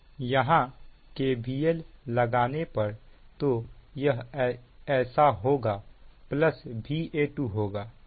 यहां KVL लगाने पर तो यह ऐसा होगा प्लस Va2 होगा